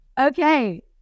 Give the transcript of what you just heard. Okay